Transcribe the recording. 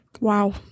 Wow